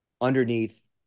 underneath